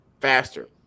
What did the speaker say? faster